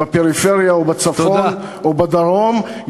בפריפריה או בצפון או בדרום,